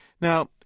Now